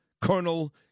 Colonel